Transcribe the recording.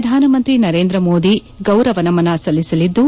ಪ್ರಧಾನಮಂತ್ರಿ ನರೇಂದ್ರ ಮೋದಿ ಗೌರವ ನಮನ ಸಲ್ಲಿಸಲಿದ್ದು